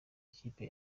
ikipe